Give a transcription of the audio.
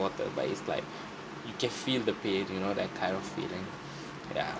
water but it's like you can feel the pain you know that kind of feeling ya